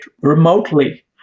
remotely